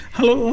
Hello